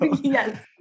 yes